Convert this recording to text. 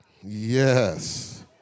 Yes